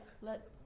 let